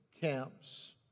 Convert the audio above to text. camps